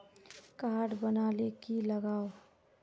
Card बना ले की लगाव?